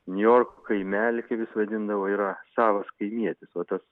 niujorko kaimely kaip jis vadindavo yra savas kaimietis va tas